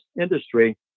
industry